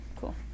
cool